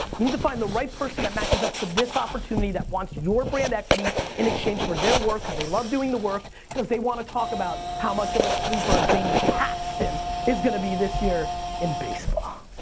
you need to find the right person that matches up to this opportunity that wants your brand equity in exchange for their work cause they love doing the work, cause they wanna talk about how much of a sleeper james paxton is gonna be this year in baseball.